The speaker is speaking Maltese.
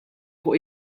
fuq